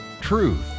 Truth